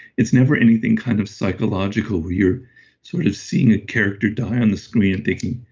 it's never anything kind of psychological. we are sort of seeing a character die on the screen and thinking,